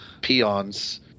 peons